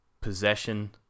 possession